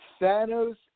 Thanos